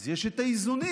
אז יש את האיזונים.